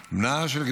בנה של גב'